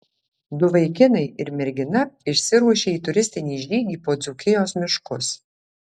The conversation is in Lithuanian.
du vaikinai ir mergina išsiruošia į turistinį žygį po dzūkijos miškus